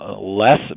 less